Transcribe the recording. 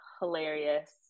hilarious